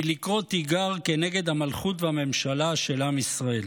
היא לקרוא תיגר כנגד המלכות והממשלה של עם ישראל.